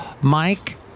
Mike